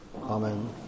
Amen